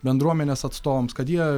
bendruomenės atstovams kad jie